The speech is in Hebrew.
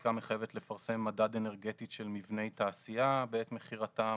חקיקה המחייבת לפרסם מדד אנרגטי של מבני תעשייה בעת מכירתם,